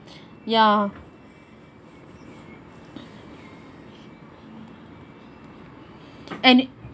ya and